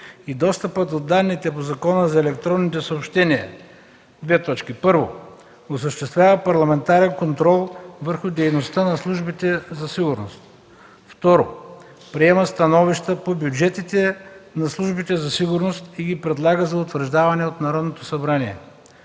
и достъпа до данните по Закона за електронните съобщения: 1. осъществява парламентарен контрол върху дейността на службите за сигурност; 2. приема становища по бюджетите на службите за сигурност и ги предлага за утвърждаване от Народното събрание;